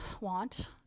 want